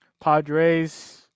Padres